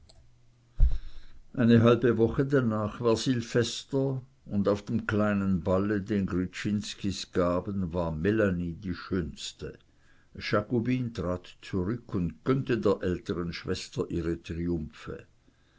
eine halbe woche danach war silvester und auf dem kleinen balle den gryczinskis gaben war melanie die schönste jakobine trat zurück und gönnte der älteren schwester ihre triumphe